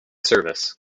service